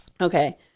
Okay